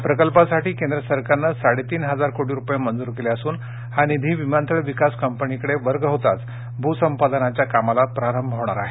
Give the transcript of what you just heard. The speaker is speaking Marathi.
या प्रकल्पासाठी केंद्र सरकारने साडेतीन हजार कोटी रुपये मंजूर केले असून हा निधी विमानतळ विकास कंपनीकडे वर्ग होताच भूसंपादनाच्या कामास प्रारंभ होणार आहे